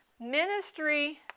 ministry